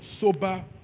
sober